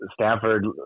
Stanford